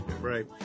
Right